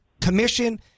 commission